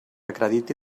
acrediti